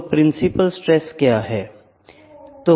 तो principal stress क्या है